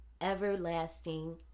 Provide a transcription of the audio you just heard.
everlasting